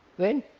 when